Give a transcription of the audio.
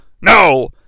no